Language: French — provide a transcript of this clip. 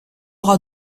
aura